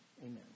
Amen